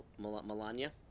Melania